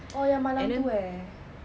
oh ya malam tu eh